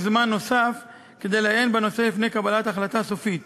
זמן נוסף כדי לעיין בנושא לפני קבלת החלטה סופית.